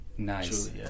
Nice